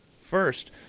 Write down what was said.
First